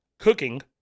Cooking